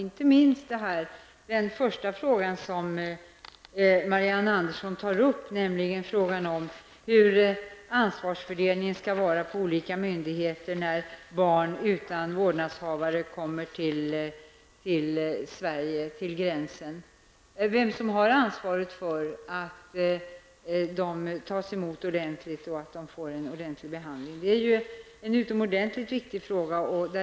Inte minst den första frågan som Marianne Andersson i Vårgårda tar upp -- hur ansvarsfördelningen skall vara på olika myndigheter när barn utan vårdnadshavare kommer till den svenska gränsen, vem som har ansvaret för att de tas emot ordentligt och att de får en ordentlig behandling -- är en utomordentligt viktig fråga.